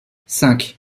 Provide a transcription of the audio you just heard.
cinq